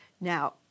Now